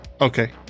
Okay